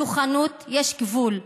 לכוחנות יש גבול,